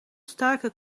starke